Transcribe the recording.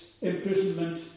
imprisonment